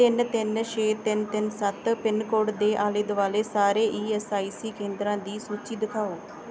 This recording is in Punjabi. ਤਿੰਨ ਤਿੰਨ ਛੇ ਤਿੰਨ ਤਿੰਨ ਸੱਤ ਪਿੰਨ ਕੋਡ ਦੇ ਆਲੇ ਦੁਆਲੇ ਸਾਰੇ ਈ ਐੱਸ ਆਈ ਸੀ ਕੇਂਦਰਾਂ ਦੀ ਸੂਚੀ ਦਿਖਾਓ